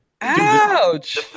Ouch